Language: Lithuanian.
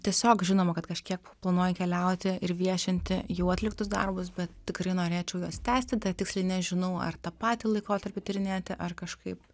tiesiog žinoma kad kažkiek planuoju keliauti ir viešinti jau atliktus darbus bet tikrai norėčiau juos tęsti dar tiksliai nežinau ar tą patį laikotarpį tyrinėti ar kažkaip